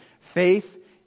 Faith